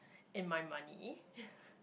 and my money